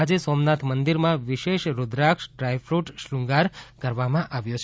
આજે સોમનાથ મંદિરમાં વિશેષ રૂદ્રાક્ષ ડ્રાયક્રુટ શ્રુંગાર કરવામાં આવ્યો છે